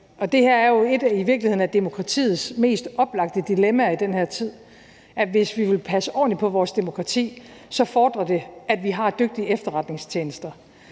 et af demokratiets mest oplagte dilemmaer i den her tid, altså at hvis vi vil passe ordentligt på vores demokrati, fordrer det, at vi har dygtige efterretningstjenester,